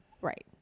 Right